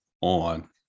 on